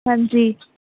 ਹਾਂਜੀ